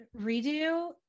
Redo